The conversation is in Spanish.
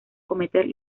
cometer